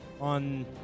on